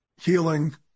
healing